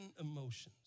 emotions